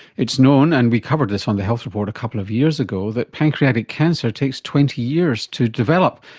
it's known and we covered this on the health report a couple of years ago that pancreatic cancer takes twenty years to develop,